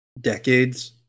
Decades